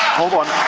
hold on.